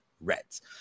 reds